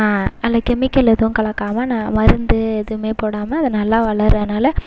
அந்த கெமிக்கல் எதுவும் கலக்காமல் நான் மருந்து எதுவுமே போடாமல் அது நல்லா வளர்கிறனால